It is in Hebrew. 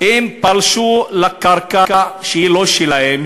והם פלשו לקרקע שהיא לא שלהם,